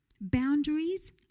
Boundaries